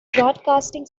broadcasting